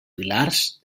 pilars